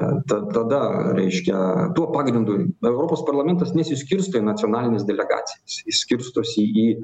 tada reiškia tuo pagrindu europos parlamentas nesiskirsto į nacionalines delegacijas jis skirstosi į